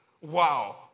wow